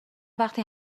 وقتی